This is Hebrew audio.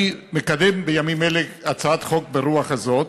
אני מקדם בימים אלה הצעת חוק ברוח זו.